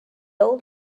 old